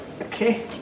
Okay